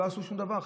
לא עשו שום דבר.